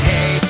Hey